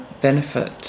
benefit